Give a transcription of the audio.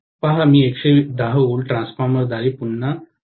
पहा मी 110 V ट्रान्सफॉर्मरद्वारे पुन्हा 2